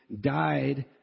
died